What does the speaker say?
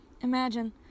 Imagine